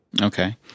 Okay